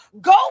go